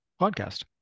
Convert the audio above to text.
podcast